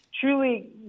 truly